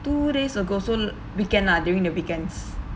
two days ago so weekend lah during the weekends